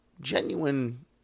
genuine